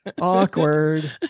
Awkward